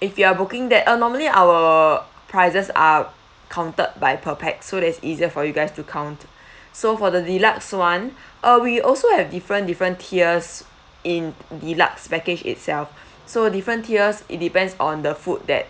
if you are booking that uh normally our prices are counted by per pax so that it's easier for you guys to count so for the deluxe one uh we also have different different tiers in deluxe package itself so different tiers it depends on the food that